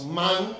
man